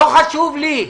תקשיב לי רגע.